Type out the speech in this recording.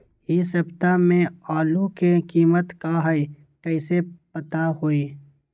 इ सप्ताह में आलू के कीमत का है कईसे पता होई?